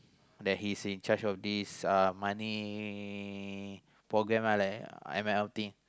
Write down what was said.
that he's in charge of this uh money programme uh like I M L thing